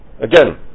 again